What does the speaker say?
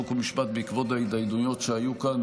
חוק ומשפט בעקבות ההתדיינויות שהיו כאן